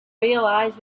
realise